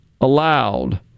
allowed